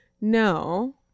no